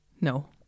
No